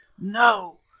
no,